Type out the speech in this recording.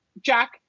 Jack